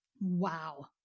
wow